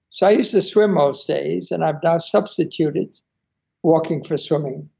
so i used to swim most days, and i've now substituted walking for swimming.